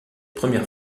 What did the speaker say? première